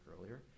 earlier